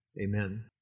Amen